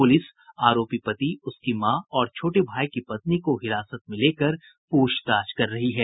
police आरोपी पति उसकी मां और छोटे भाई की पत्नी को हिरासत में लेकर पूछताछ कर रही है